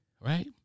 right